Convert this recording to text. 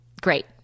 great